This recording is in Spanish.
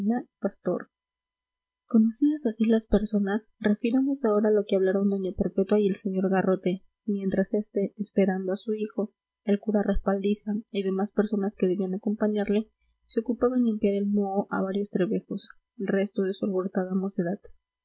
pastor conocidas así las personas refiramos ahora lo que hablaron doña perpetua y el sr garrote mientras este esperando a su hijo al cura respaldiza y demás personas que debían acompañarle se ocupaba en limpiar el moho a varios trebejos resto de su alborotada mocedad